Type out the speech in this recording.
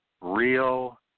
real